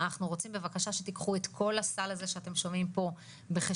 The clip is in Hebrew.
אנחנו רוצים בבקשה שתקחו את כל הסל הזה שאתם שומעים פה בחשבון,